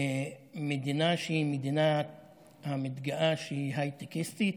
במדינה שהיא מדינה המתגאה שהיא הייטקיסטית,